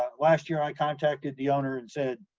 last year i contacted the owner and said,